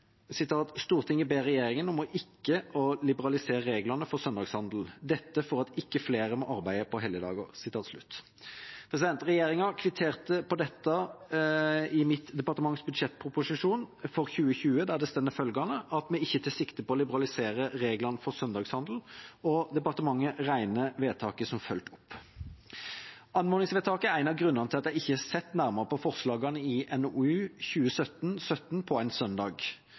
ber regjeringen om ikke å liberalisere reglene for søndagshandel. Dette for at ikke flere må arbeide på helligdager.» Regjeringa kvitterte på dette i mitt departements budsjettproposisjon for 2020, der det står følgende: «Regjeringa tek ikkje sikte på å liberalisere reglane for søndagshandel. Departementet reknar vedtaket som følgt opp.» Anmodningsvedtaket er en av grunnene til at jeg ikke har sett nærmere på forslagene i NOU 2017: 17, «På ein søndag?»